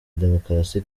demokarasi